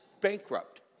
bankrupt